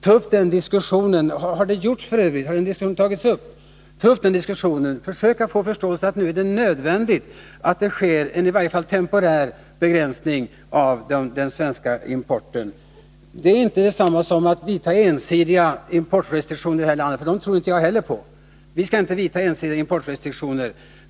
Har någon sådan diskussion tagits upp? Ta upp den och försök få förståelse för att det nu är nödvändigt med i varje fall temporära begränsningar av den svenska importen! Det är inte detsamma som att genomföra ensidiga importrestriktioner — dem tror inte heller jag på. Vi skall inte vidta sådana åtgärder.